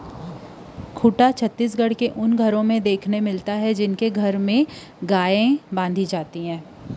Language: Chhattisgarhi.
खूटा ह छत्तीसगढ़ के घरो घर म देखे बर मिलथे जिखर मन घर गाय गरुवा हे